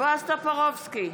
בועז טופורובסקי,